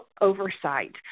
oversight